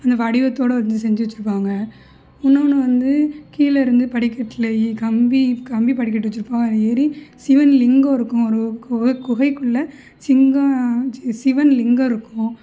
அந்த வடிவத்தோட வந்து செஞ்சு வச்சிருப்பாங்க இன்னோன்னு வந்து கீழே இருந்து படிக்கட்டில் கம்பி கம்பி படிக்கட்டு வச்சிருப்போம் அதில் ஏரி சிவன் லிங்கம் இருக்கும் ஒரு குகை குகைக்குள்ள சிங்க சி சிவன் லிங்கம் இருக்கும்